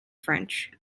french